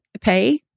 pay